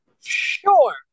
Sure